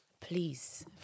please